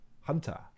Hunter